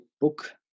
book